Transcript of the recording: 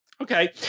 Okay